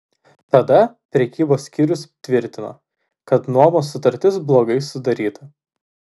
tada prekybos skyrius tvirtino kad nuomos sutartis blogai sudaryta